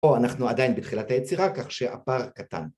פה אנחנו עדיין בתחילת היצירה, כך שהפער קטן.